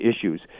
issues